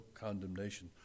condemnation